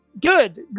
Good